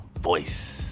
voice